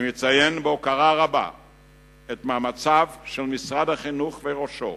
אני מציין בהוקרה את מאמציו של משרד החינוך וראשו